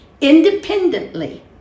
independently